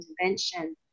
intervention